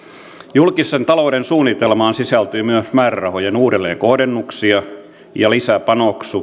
julkisen talouden suunnitelmaan sisältyy myös määrärahojen uudelleenkohdennuksia ja lisäpanostuksia